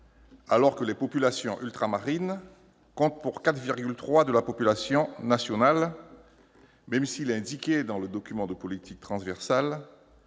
alors que les populations ultramarines représentent 4,3 % de la population nationale, même s'il est indiqué dans le document de politique transversale